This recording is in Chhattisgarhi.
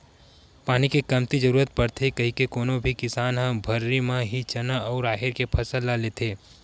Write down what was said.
पानी के कमती जरुरत पड़थे कहिके कोनो भी किसान ह भर्री म ही चना अउ राहेर के फसल ल लेथे